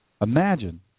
Imagine